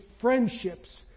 friendships